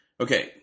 Okay